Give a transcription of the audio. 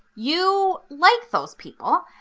you like those people.